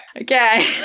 Okay